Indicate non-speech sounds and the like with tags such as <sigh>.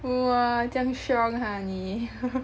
!wah! 这样凶 ha 你 <laughs>